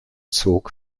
zog